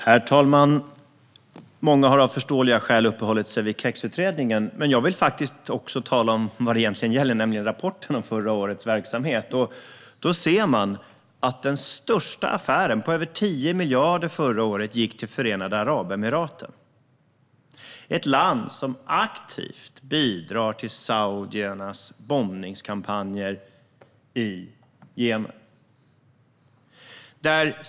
Herr talman! Många har av förståeliga skäl uppehållit sig vid KEX-utredningen, men jag vill faktiskt också tala om vad det egentligen gäller, nämligen rapporten om förra årets verksamhet. Då ser man att den största affären förra året, på över 10 miljarder, gick till Förenade Arabemiraten, ett land som aktivt bidrar till saudiernas bombningskampanjer i Jemen.